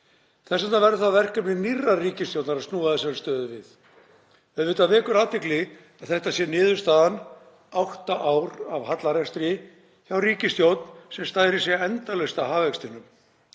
Þess vegna verður það verkefni nýrrar ríkisstjórnar að snúa þessari stöðu við. Auðvitað vekur athygli að þetta sé niðurstaðan; átta ár af hallarekstri hjá ríkisstjórn sem stærir sig endalaust af hagvextinum.